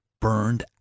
Burned